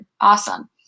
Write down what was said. awesome